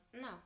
No